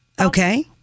Okay